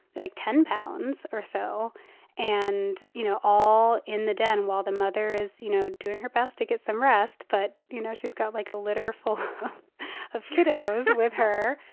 like, ten pounds or so and you know, all in the den while the mother is, you know, doing her best to get some rest. but you know, she's got, like, a litter full of kiddos. with her.